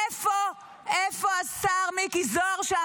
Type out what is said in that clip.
איפה השר מיקי זוהר,